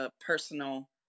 personal